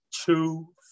two